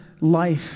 life